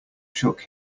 shook